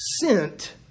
sent